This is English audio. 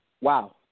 wow